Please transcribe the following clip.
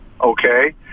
okay